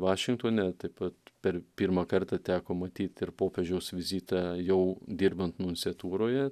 vašingtone taip pat per pirmą kartą teko matyt ir popiežiaus vizitą jau dirbant nunciatūroje